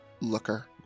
looker